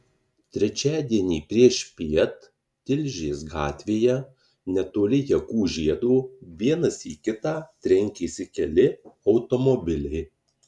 trečiadienį priešpiet tilžės gatvėje netoli jakų žiedo vienas į kitą trenkėsi keli automobiliai